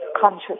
conscious